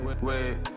Wait